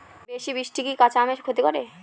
বেশি বৃষ্টি কি কাঁচা আমের ক্ষতি করে?